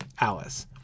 Alice